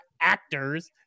actors